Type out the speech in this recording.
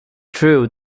true